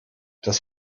das